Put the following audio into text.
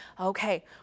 okay